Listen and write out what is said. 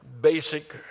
basic